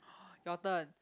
your turn